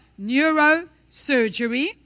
neurosurgery